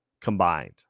combined